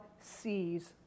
sees